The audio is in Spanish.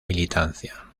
militancia